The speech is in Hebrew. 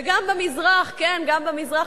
וגם במזרח, כן, גם במזרח.